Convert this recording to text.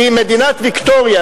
כי מדינת ויקטוריה,